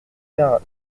faire